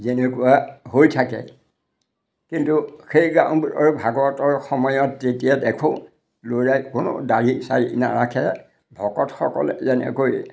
যেনেকুৱা হৈ থাকে কিন্তু সেই গাঁওবোৰৰ ভাগৱতৰ সময়ত যেতিয়া দেখোঁ ল'ৰাই কোনো দাঢ়ি চাৰি নাৰাখে ভকতসকলে যেনেকৈ